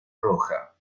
roja